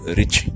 rich